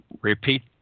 repeat